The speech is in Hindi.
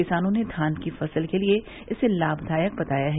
किसानों ने धान की फसल के लिये इसे लामदायक बताया है